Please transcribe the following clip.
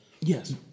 Yes